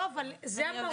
לא, אבל זה המהות.